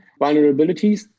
vulnerabilities